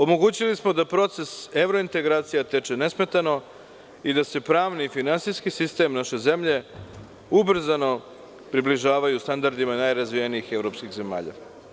Omogućili smo da proces evrointegracija teče ne smetano i da se javni i finansijski sistem naše zemlje ubrzano približavaju standardima najrazvijenijih evropskih zemalja.